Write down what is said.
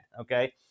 okay